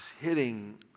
hitting